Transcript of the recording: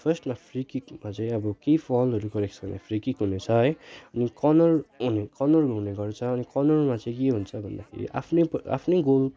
फर्स्टमा फ्री किकमा चाहिँ केही अब केही फल्टहरू गरेको छ भने फ्री किक हुनेछ है कर्नर हो कर्नर हुने गर्छ अनि कर्नरमा चाहिँ के हुन्छ भन्दाखेरि आफ्नै प आफ्नै गोल